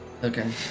Okay